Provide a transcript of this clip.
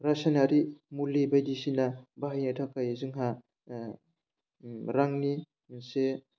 रासायनारि मुलि बायदिसिना बाहायनो थाखाय जोंहा रांनि मोनसे